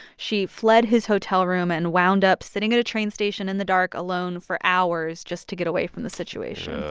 she fled his hotel room and wound up sitting at a train station in the dark alone for hours just to get away from the situation.